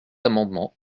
amendements